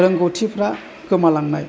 रोंगौथिफ्रा गोमालांनाय